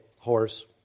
horse